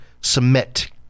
submit